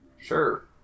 Sure